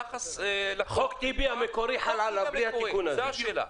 חוק טיבי המקורי חל עליו, בלי התיקון הזה.